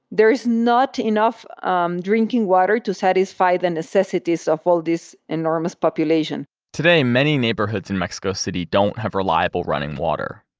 there is not enough um drinking water to satisfy the necessities of all this enormous population today, many neighborhoods in mexico city don't have reliable running water,